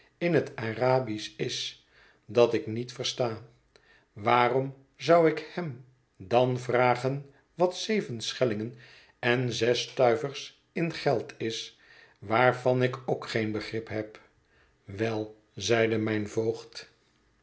in het arabisch is dat ik niet versta waarom zou ik hem dan vragen wat zeven schellingen en zes stuivers in geld is waarvan ik ook geen begrip heb wel zeide mijn voogd